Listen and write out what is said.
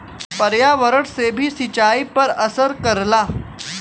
पर्यावरण से भी सिंचाई पर असर करला